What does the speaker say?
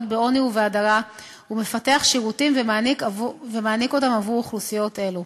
בעוני ובהדרה ומפתח שירותים ומעניק אותם עבור אוכלוסיות אלו.